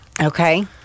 Okay